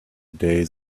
day